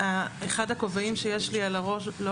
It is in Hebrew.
אחד הכובעים שיש לי על הראש הוא